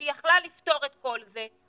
כשהיא יכלה לפתור את כל זה,